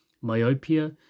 myopia